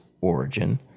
origin